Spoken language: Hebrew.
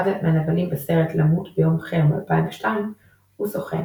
אחד מהנבלים בסרט "למות ביום אחר" מ-2002 הוא סוכן